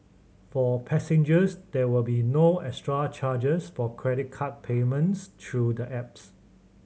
for passengers there will be no extra charges for credit card payments through the apps